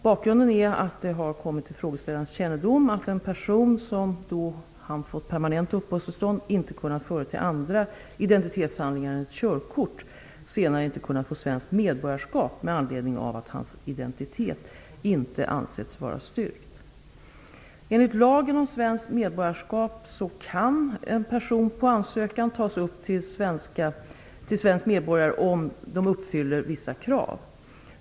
Bakgrunden är att det har kommit till frågeställarens kännedom att en person som då han fått permanent uppehållstillstånd inte kunnat förete andra identitetshandlingar än ett körkort senare inte kunnat få svenskt medborgarskap med anledning av att hans identitet inte ansetts vara styrkt. Enligt lagen om svenskt medborgarskap kan en person på ansökan tas upp till svensk medborgare om denne uppfyller vissa krav.